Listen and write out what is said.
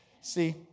See